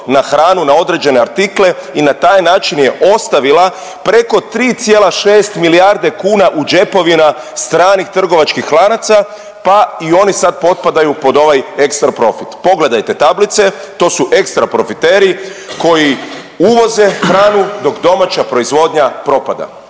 na hranu na određene artikle i na taj način je ostavila preko 3,6 milijarde kuna u džepovima stranih trgovačkih lanaca, pa i oni sad potpadaju pod ovaj ekstra profit. Pogledajte tablice, to su ekstra profiteri koji uvoze hranu dok domaća proizvodnja propada.